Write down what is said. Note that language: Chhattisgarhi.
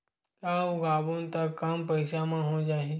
का उगाबोन त कम पईसा म हो जाही?